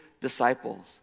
disciples